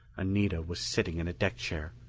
anita was sitting in a deck chair,